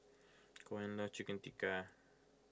Koen loves Chicken Tikka